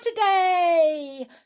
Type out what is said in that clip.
Saturday